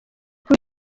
kuri